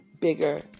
bigger